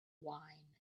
wine